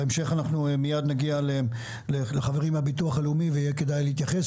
בהמשך נגיע לחברים מהביטוח הלאומי ויהיה כדאי להתייחס,